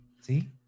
See